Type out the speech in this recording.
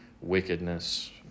wickedness